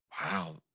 Wow